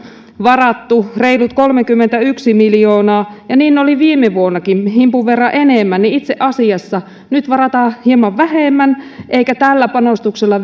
varattu reilut kolmekymmentäyksi miljoonaa ja niin oli viime vuonnakin himpun verran enemmän niin itse asiassa nyt varataan hieman vähemmän eikä tällä panostuksella